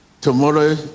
Tomorrow